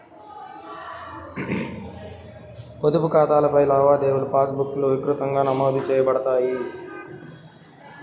పొదుపు ఖాతాలపై లావాదేవీలుపాస్ బుక్లో విస్తృతంగా నమోదు చేయబడతాయి